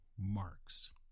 marks